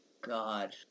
God